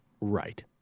Right